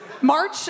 March